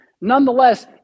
nonetheless